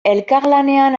elkarlanean